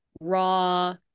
raw